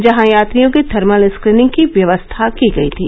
जहां यात्रियों की थर्मल स्क्रीनिंग की व्यवस्था की गई थी